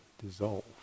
dissolve